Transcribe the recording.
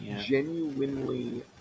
genuinely